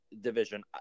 division